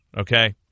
okay